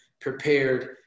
prepared